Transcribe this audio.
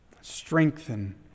strengthen